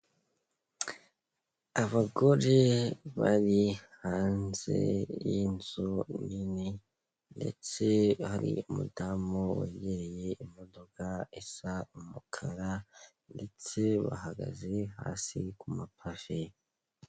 Abagore bari hanze y'inzu nini ndetse hari umudamu wagereye imodoka isa umukara ndetse bahagaze hasi ku mapave.